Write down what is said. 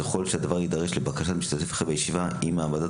ככל שהדבר יידרש לבקשת משתתף אחר בישיבה אם העמדת